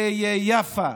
ביפו,